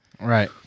Right